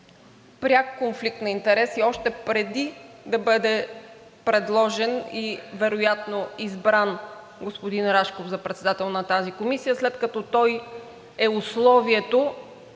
пряк конфликт на интереси още преди да бъде предложен и вероятно избран господин Рашков за председател на тази комисия, след като той е условието